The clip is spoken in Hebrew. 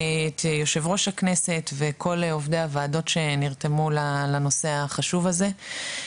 את יושב ראש הכנסת ואת כל עובדי הוועדות שנרתמו לנושא החשוב הזה.